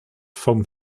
vom